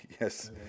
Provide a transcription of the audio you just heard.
Yes